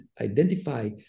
identify